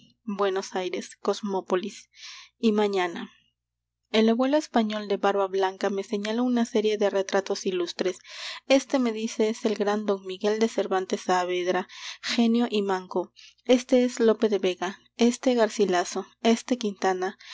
buenos aires cosmópolis y mañana el abuelo español de barba blanca me señala una serie de retratos ilustres este me dice es el gran don miguel de cervantes saavedra genio y manco éste es lope de vega éste garcilaso éste quintana